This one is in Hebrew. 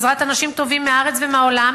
בעזרת אנשים טובים מהארץ ומהעולם,